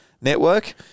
network